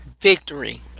victory